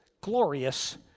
glorious